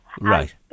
Right